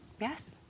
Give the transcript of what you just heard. Yes